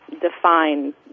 define